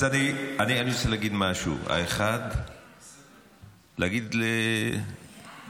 אז אני רוצה להגיד משהו, להגיד לזכותך.